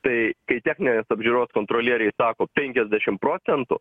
tai kai techninės apžiūros kontrolieriai sako penkiasdešim procentų